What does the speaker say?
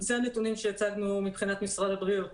אלה הנתונים שהצגנו מבחינת משרד הבריאות